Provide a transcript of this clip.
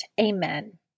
Amen